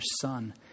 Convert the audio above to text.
Son